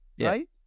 right